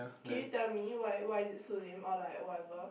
can you tell me why why is it so lame or like whatever